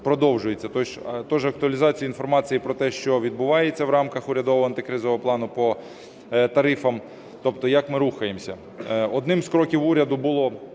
також актуалізація інформації про те, що відбувається в рамках урядового антикризового плану по тарифам, тобто як ми рухаємося. Одним з кроків уряду було